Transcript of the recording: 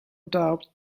doubt